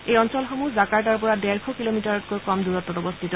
এই অঞ্চলসমূহ জাকাৰ্টাৰ পৰা ডেৰশ কিলোমিটাৰতকৈ কম দূৰত্ত অৱস্থিত